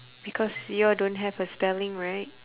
because your don't have a spelling right